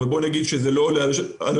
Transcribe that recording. אבל בואי נגיד שזה לא עולה על 80%,